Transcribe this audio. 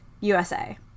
USA